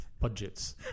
budgets